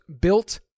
built